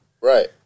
Right